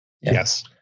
Yes